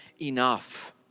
enough